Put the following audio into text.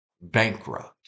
bankrupt